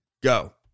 go